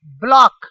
block